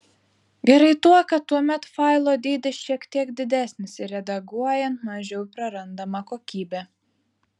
gerai tuo kad tuomet failo dydis šiek tiek didesnis ir redaguojant mažiau prarandama kokybė